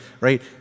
Right